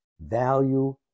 value